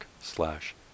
slash